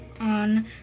on